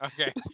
Okay